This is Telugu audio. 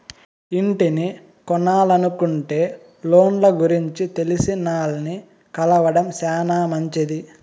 ఇంటిని కొనలనుకుంటే లోన్ల గురించి తెలిసినాల్ని కలవడం శానా మంచిది